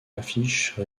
affiche